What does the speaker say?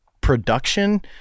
production